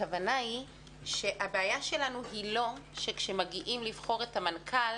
היא שהבעיה שלנו היא לא שכשמגיעים לבחור את המנכ"ל